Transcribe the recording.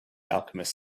alchemist